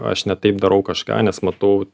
aš ne taip darau kažką nes matau